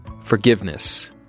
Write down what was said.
Forgiveness